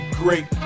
great